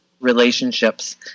relationships